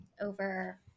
over